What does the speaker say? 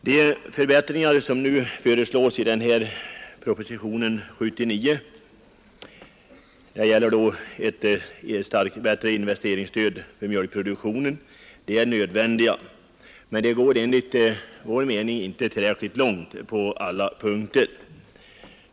De förbättringar som föreslås i propositionen 79 av investeringsstödet för mjölkproduktionen är nödvändiga, men de går enligt vår mening inte tillräckligt långt på alla punkter.